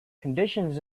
conditions